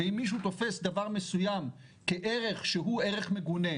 ןאם מישהו תופס דבר מסוים כערך שהוא מגונה,